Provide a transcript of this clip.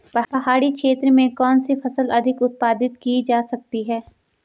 पहाड़ी क्षेत्र में कौन सी फसल अधिक उत्पादित की जा सकती है?